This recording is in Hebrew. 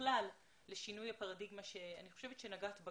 בכלל לשינוי הפרדיגמה - שאני חושבת שגם את נגעת בה